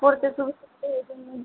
পড়তে সুবিধা হয় এই জন্যই